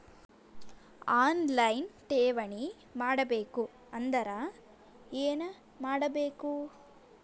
On line ಠೇವಣಿ ಮಾಡಬೇಕು ಅಂದರ ಏನ ಮಾಡಬೇಕು?